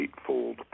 eightfold